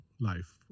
life